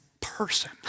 person